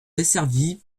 desservi